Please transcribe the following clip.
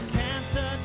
cancer